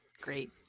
Great